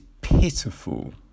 pitiful